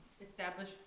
establish